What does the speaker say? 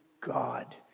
God